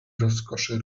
rozkoszy